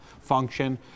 function